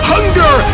Hunger